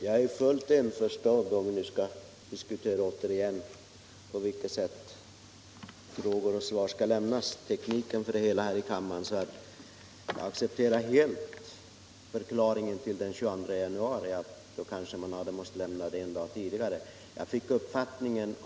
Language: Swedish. Herr talman! Om vi nu återigen skall diskutera tekniken för avgivande av frågor och svar här i kammaren vill jag säga att jag helt accepterar förklaringen till att svaret inte kunde lämnas den 22 januari — svaret hade då måst vara interpellanten till handa en dag tidigare.